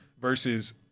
versus